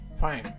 fine